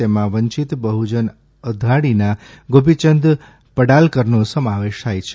તેમાં વંચિત બહજન અઘાડીના ગોપીયંદ પડાલકરનો સમાવેશ થાય છે